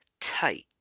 tight